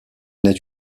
n’est